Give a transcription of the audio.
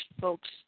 folks